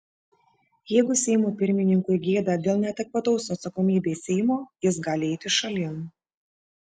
jeigu seimo pirmininkui gėda dėl neadekvataus atsakomybei seimo jis gali eiti šalin